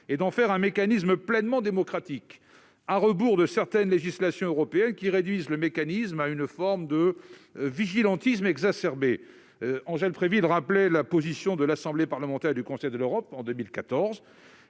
et d'en faire un mécanisme pleinement démocratique, à rebours de certaines législations européennes, qui réduisent le mécanisme à une forme de « vigilantisme » exacerbé. Angèle Préville a d'ailleurs rappelé la position de l'Assemblée parlementaire du Conseil de l'Europe en 2014.